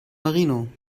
marino